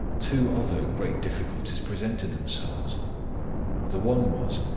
two other great difficulties presented themselves the one was,